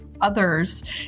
others